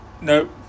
Nope